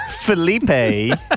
Felipe